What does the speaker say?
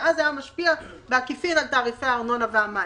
הוא היה משפיע בעקיפין על תערפי הארנונה והמים.